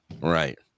Right